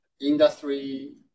industry